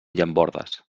llambordes